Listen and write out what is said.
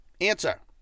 Answer